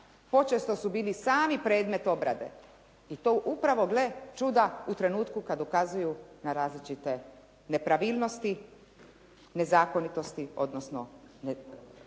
počesto su bili sami predmet obrade i to upravo gle čuda u trenutku kad ukazuju na različite nepravilnosti, nezakonitosti odnosno